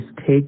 take